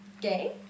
Gay